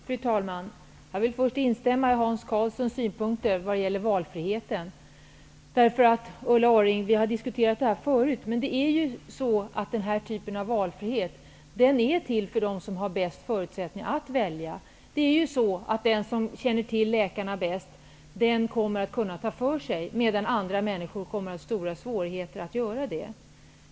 Fru talman! Jag vill först instämma i Hans Karlssons synpunkter när det gäller valfriheten. Ulla Orring, vi har diskuterat den här frågan tidigare. Den här typen av valfrihet är till för dem som har bäst förutsättningar att välja. Det är så att den som känner till läkarna bäst kommer att kunna ta för sig, medan andra människor kommer att ha svårigheter att göra det.